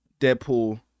Deadpool